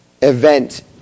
event